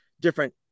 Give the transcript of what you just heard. different